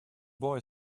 boy